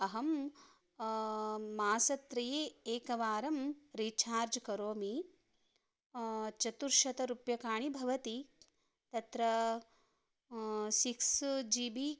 अहं मासत्रये एकवारं रीचार्ज् करोमि चतुश्शतरूप्यकाणि भवति तत्र सिक्स् जि बी